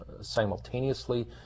simultaneously